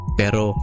pero